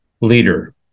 leader